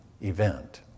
event